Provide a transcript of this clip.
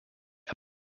are